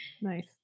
nice